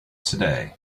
today